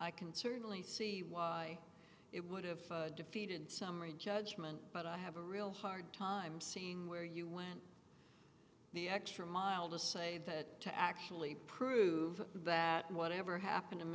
i can certainly see why it would have defeated summary judgment but i have a real hard time seeing where you went the extra mile to say to actually prove that whatever happened to